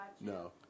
No